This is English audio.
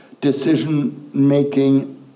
decision-making